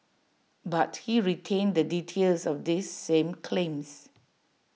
but he retained the details of these same claims